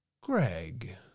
Greg